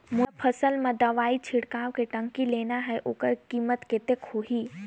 मोला फसल मां दवाई छिड़काव के टंकी लेना हे ओकर कीमत कतेक होही?